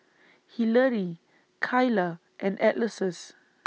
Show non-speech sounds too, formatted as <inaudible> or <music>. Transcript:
Hilary Kylah and Alexus <noise>